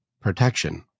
protection